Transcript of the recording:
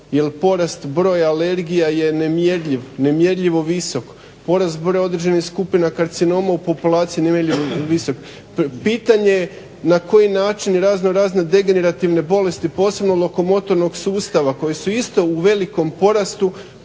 jer porast broja alergija je nemjerljiv, nemjerljivo visok, porast broja određenih skupina karcinoma u populaciji je visok, pitanje na koji način razno razne degenerativne bolesti posebno lokomotornog sustava koji su isto u velikom porastu